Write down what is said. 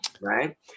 right